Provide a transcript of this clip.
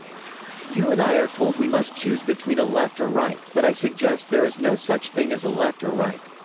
you and i are told we must choose between a left or right, but i suggest there is no such thing as a left or right.